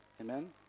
amen